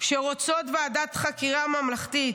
שרוצות ועדת חקירה ממלכתית,